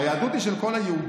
היהדות היא של כל היהודים.